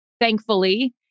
thankfully